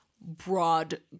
broad